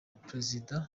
perezida